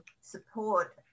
support